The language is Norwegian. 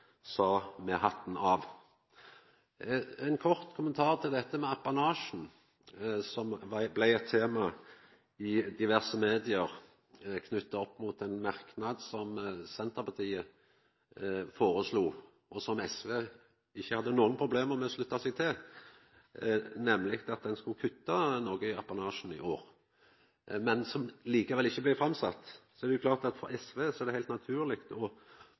sa, med hatten av, er realitetar. Ein kort kommentar til dette med apanasjen, som blei eit tema i diverse media knytt opp mot ein merknad som Senterpartiet foreslo, og som SV ikkje hadde noko problem med å slutta seg til – nemleg at ein skulle kutta noko i apanasjen i år – men som likevel ikkje blei teken inn i innstillinga. Det er jo klart at for SV, som eit republikansk parti, er det heilt naturleg å